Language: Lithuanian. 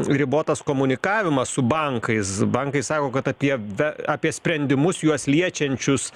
ribotas komunikavimas su bankaiz bankai sako kad apie ve apie sprendimus juos liečiančius